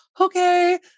okay